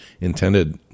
intended